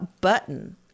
button